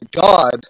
God